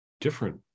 different